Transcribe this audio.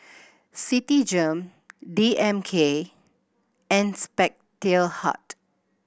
Citigem D M K and Spectacle Hut